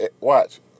Watch